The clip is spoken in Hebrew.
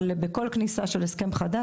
אבל בכל כניסה של הסכם חדש,